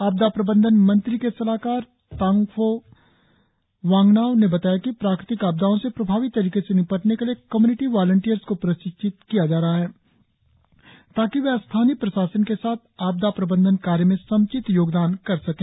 आपदा प्रबंधन मंत्री के सलाहकार तानफो वांगनाव ने बताया कि प्राकृतिक आपदाओं से प्रभावी तरीके से निपटने के लिए कम्यूनिटी वालंटियर्स को प्रशिक्षित किया जा रहा है ताकि वे स्थानीय प्रशासन के साथ आपदा प्रबंधन कार्य में सम्चित योगदान कर सकें